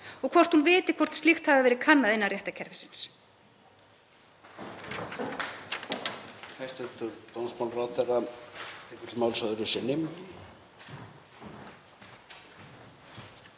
og hvort hún viti hvort slíkt hafi verið kannað innan réttarkerfisins.